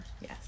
yes